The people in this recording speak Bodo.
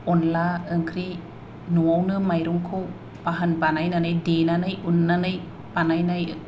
अनला ओंख्रि न'आवनो माइरंखौ बाहान बानायनानै देनानै उननानै बानायनाय